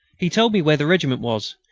he told me where the regiment was,